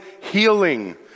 healing